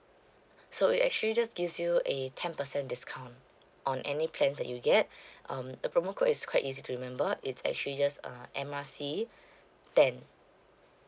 so it actually just gives you a ten percent discount on any plans that you get um the promo code is quite easy to remember it's actually just uh M R C ten